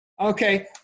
Okay